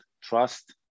trust